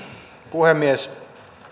puhemies